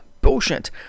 bullshit